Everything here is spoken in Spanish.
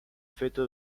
feto